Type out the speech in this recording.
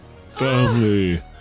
Family